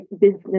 business